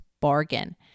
bargain